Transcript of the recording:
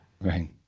Right